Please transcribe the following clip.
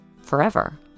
forever